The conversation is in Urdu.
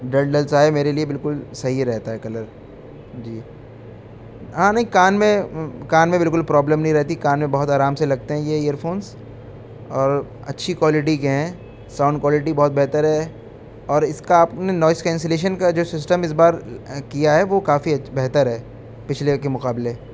ڈل ڈل سا ہے میرے لیے بالکل صحیح رہتا ہے یہ کلر جی ہاں نہیں کان میں کان میں بالکل پرابلم نہیں رہتی کان میں بہت آرام سے لگتے ہیں یہ ایئر فونس اور اچھی کوالٹی کے ہیں ساؤنڈ کوالٹی بہت بہتر ہے اور اس کا آپ نے نوائز کینسلیشن کا جو سسٹم اس بار کیا ہے وہ کافی بہتر ہے پچھلے کے مقابلے